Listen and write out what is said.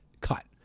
cut